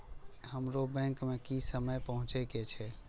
हमरो बैंक में की समय पहुँचे के छै?